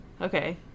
Okay